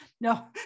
no